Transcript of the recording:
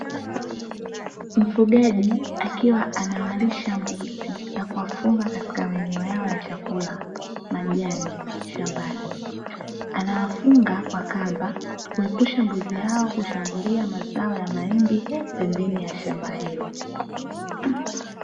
Mfugaji akiwa anawalisha mbuzi na kuwafunga katika maeneo yao ya chakula majani shambani, anawafunga kwa kamba kuepusha mbuzi hao kushambulia mazao ya mahindi pembeni ya shamba hilo.